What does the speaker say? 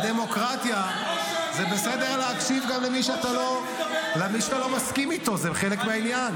בדמוקרטיה זה בסדר להקשיב גם למי שאתה לא מסכים איתו.